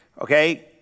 Okay